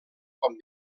com